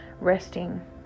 resting